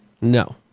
no